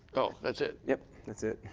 that's it? yes. that's it.